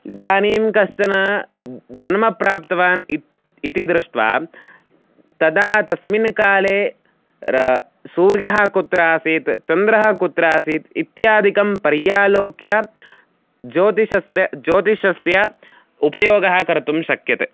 इदानीं कश्चन जन्मप्राप्तवान् इति इति दृष्ट्वा तदा तस्मिन् काले र सूर्यः कुत्र आसीत् चन्द्रः कुत्र आसीत् इत्यादिकं पर्यालोच्य ज्योतिषे ज्योतिषस्य उपयोगः कर्तुं शक्यते